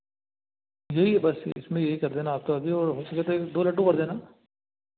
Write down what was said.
यही है बस इसमें यह कर देना आप तो अभी और हो सके तो एक दो लड्डू कर देना